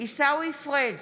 עיסאווי פריג'